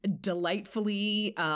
delightfully